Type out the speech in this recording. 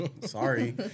sorry